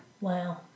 Wow